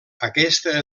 aquesta